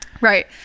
Right